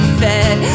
fed